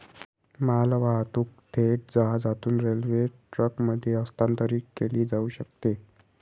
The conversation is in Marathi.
मालवाहतूक थेट जहाजातून रेल्वे ट्रकमध्ये हस्तांतरित केली जाऊ शकते